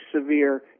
severe